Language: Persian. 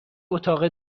اتاق